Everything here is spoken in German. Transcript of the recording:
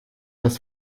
das